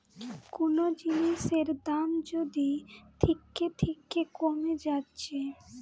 কুনো জিনিসের দাম যদি থিকে থিকে কোমে যাচ্ছে